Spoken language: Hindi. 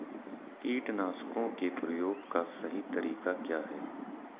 कीटनाशकों के प्रयोग का सही तरीका क्या है?